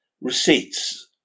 receipts